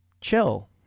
chill